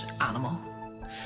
animal